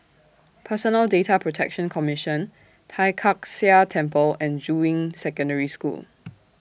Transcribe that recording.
Personal Data Protection Commission Tai Kak Seah Temple and Juying Secondary School